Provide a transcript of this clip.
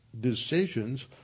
decisions